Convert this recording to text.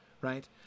right